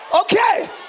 Okay